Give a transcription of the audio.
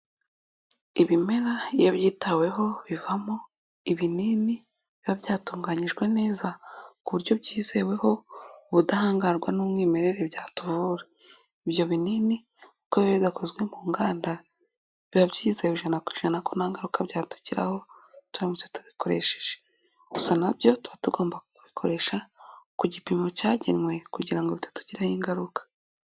Ibimera iyo byitaweho bivamo ibinini biba byatunganyijwe neza, ku buryo byizeweho ubudahangarwa n'umwimerere byatuvura. Ibyo binini, kuko bidakozwe mu nganda, biba byizewe ijana ku ijana ko nta ngaruka byatugiraho, turamutse tubikoresheje. Gusa na byo, tuba tugomba kubikoresha, ku gipimo cyagenwe, kugira ngo bitatugiraho ingaruka.